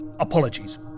Apologies